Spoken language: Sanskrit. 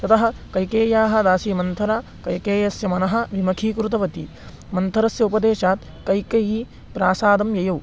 ततः कैकेय्याः दासी मन्थरा कैकेय्याः मनः विमुखीकृतवती मन्थरायाः उपदेशात् कैकेयी प्रासादं ययौ